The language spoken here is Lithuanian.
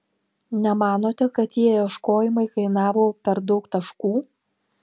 nemanote kad tie ieškojimai kainavo per daug taškų